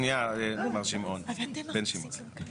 תסתכלי, את חושבת שהפנים שלו מולבנות?